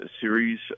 series